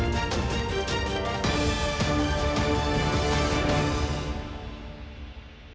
Дякую,